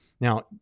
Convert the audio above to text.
Now